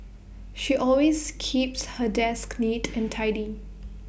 she always keeps her desk neat and tidy